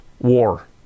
war